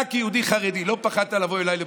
אתה כיהודי חרדי לא פחדת לבוא אליי לבוררות?